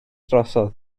drosodd